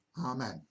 Amen